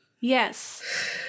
Yes